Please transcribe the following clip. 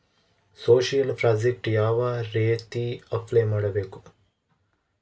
Social project ಯಾವ ರೇತಿ apply ಮಾಡಬೇಕು?